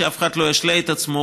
שאף אחד לא ישלה את עצמו,